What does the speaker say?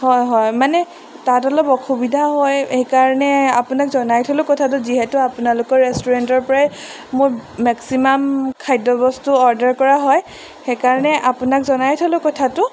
হয় হয় মানে তাত অলপ অসুবিধা হয় সেইকাৰণে আপোনাক জনাই থ'লোঁ কথাটো যিহেতু আপোনালোকৰ ৰেষ্টুৰেণ্টৰপৰাই মোৰ মেক্সিমাম খাদ্যবস্তু অৰ্ডাৰ কৰা হয় সেইকাৰণে আপোনাক জনাই থ'লোঁ কথাটো